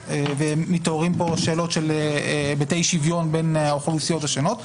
ומתעוררות פה שאלות של היבטי שוויון בין האוכלוסיות השונות.